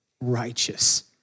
righteous